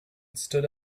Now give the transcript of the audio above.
stood